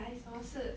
来什么事